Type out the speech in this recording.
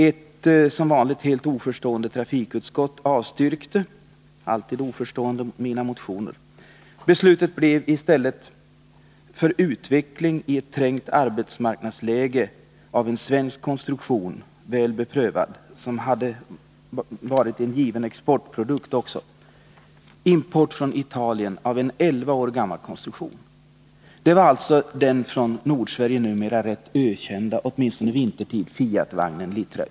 Ett som vanligt helt oförstående trafikutskott avstyrkte min motion. I stället för utveckling i ett trängt arbetsmarknadsläge av en väl beprövad svensk konstruktion som också hade varit en given exportprodukt, blev beslutet import från Italien av en elva år gammal konstruktion. Det var alltså den från Nordsverige numera ganska ökända — åtminstone vintertid — Fiatvagnen litt.